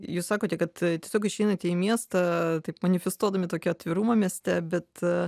jūs sakote kad tiesiog išeinate į miestą taip manifestuodami tokį atvirumą mieste bet